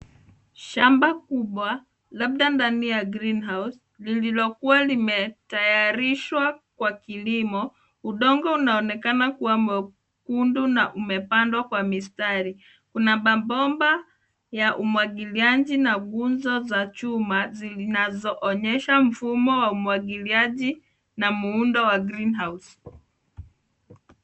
Shamba kubwa labda ndani ya green house lililo kuwa limetayarishwa kwa kilimo . Udongo unaonekana kuwa mwekundu na upandwa kwa mistari kuna mapomba ya umwagiliaji na ngunzo za chuma zinazoonyesha mfumo wa umwagiliaji na muundo wa green house .